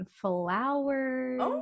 flowers